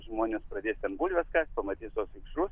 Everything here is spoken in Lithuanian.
žmonės pradės ten bulves kast pamatys tuos vikšrus